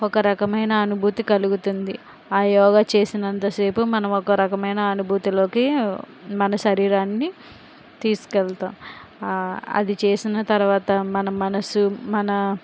ఒక రకమైన అనుభూతి కలుగుతుంది ఆ యోగా చేసినంతసేపు మనము ఒక రకమైన అనుభూతిలోకి మన శరీరాన్ని తీసుకెళ్తాము అది చేసిన తర్వాత మన మనసు మన